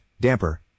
damper